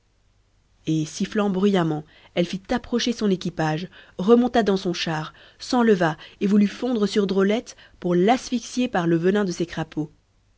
et sifflant bruyamment elle fit approcher son équipage remonta dans non char s'enleva et voulut fondre sur drôlette pour l'asphyxier par le venin de ses crapauds